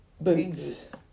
boots